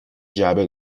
جعبه